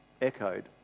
echoed